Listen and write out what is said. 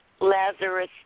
Lazarus